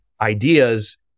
ideas